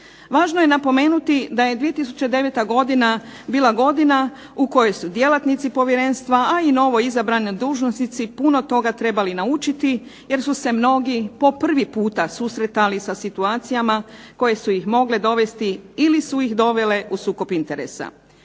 Važno je za napomenuti da je 2009. godina bila godina u kojoj su djelatnici povjerenstva a i novoizabrani dužnosnici puno toga trebali naučiti jer su se mnogi po prvi puta susretali sa situacijama koje su ih mogle dovesti ili su ih dovele u sukob interesa.